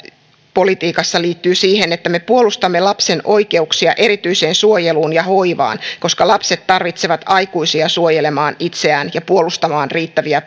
politiikassa liittyy siihen että me puolustamme lapsen oikeuksia erityiseen suojeluun ja hoivaan koska lapset tarvitsevat aikuisia suojelemaan itseään ja puolustamaan riittäviä